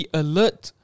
alert